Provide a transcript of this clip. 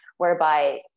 whereby